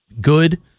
good